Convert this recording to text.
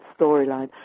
storyline